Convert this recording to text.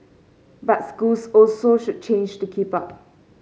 but schools also should change to keep up